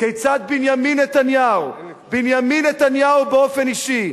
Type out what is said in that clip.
כיצד בנימין נתניהו, בנימין נתניהו באופן אישי,